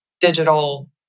digital